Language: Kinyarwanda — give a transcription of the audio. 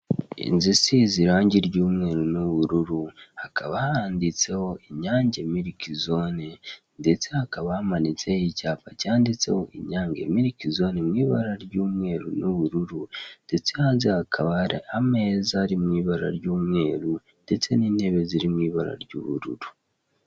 Inzu isize irangi ry'umweru n'ubururu, hakaba handitseho Inyange milk zone ndetse hakaba hamanitse icyapa cyanditseho Inyange milk zone mu ibara ry'umweru n'ubururu ndetse hanze hakaba hari ameza ari mu ibara ry'umweru ndetse n'intebe ziri mu ibara ry'ubururu.